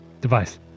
device